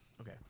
okay